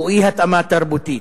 או "אי-התאמה תרבותית".